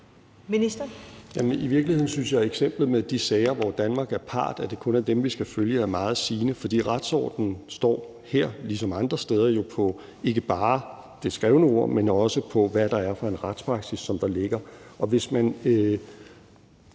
I virkeligheden synes jeg, at eksemplet med de sager, hvor Danmark er part – at det kun er dem, vi skal følge – er meget sigende, for retsordenen står her ligesom andre steder på ikke bare det skrevne ord, men også på, hvad det er for en retspraksis, der ligger.